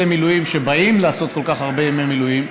מילואים שבאים לעשות כל כך הרבה ימי מילואים,